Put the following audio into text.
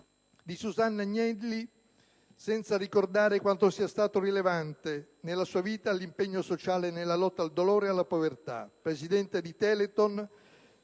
di Susanna Agnelli senza ricordare quanto sia stato rilevante nella sua vita l'impegno sociale nella lotta al dolore e alla povertà. Presidente di Telethon,